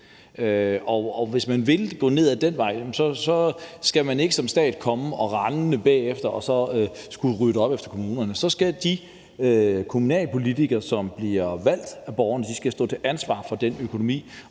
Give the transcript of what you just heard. Hvis man vil gå ned ad den vej, skal staten ikke bagefter komme rendende og rydde op efter kommunerne; så skal de kommunalpolitikere, som bliver valgt af borgerne, stå til ansvar for den økonomi.